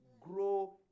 grow